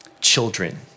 children